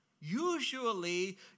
Usually